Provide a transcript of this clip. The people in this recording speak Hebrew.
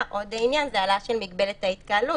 עוד עניין זה העלאה של מגבלת ההתקהלות,